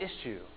issue